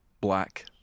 black